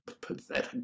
pathetic